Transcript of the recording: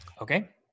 Okay